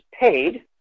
paid